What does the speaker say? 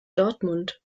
dortmund